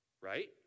Right